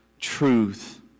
truth